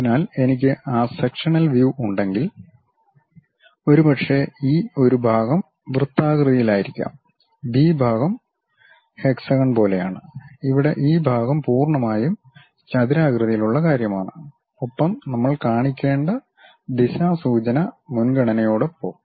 അതിനാൽ എനിക്ക് ആ സെക്ഷനൽ വ്യൂ ഉണ്ടെങ്കിൽ ഒരു പക്ഷേ ഈ ഒരു ഭാഗം വൃത്താകൃതിയിലായിരിക്കാം ബി ഭാഗം ഹെക്സഗൺ പോലെയാണ് ഇവിടെ ഈ ഭാഗം പൂർണ്ണമായും ചതുരാകൃതിയിലുള്ള കാര്യമാണ് ഒപ്പം നമ്മൾ കാണിക്കേണ്ട ദിശാസൂചന മുൻഗണനയോടൊപ്പം